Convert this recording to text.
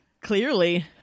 Clearly